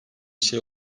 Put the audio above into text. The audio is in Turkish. şey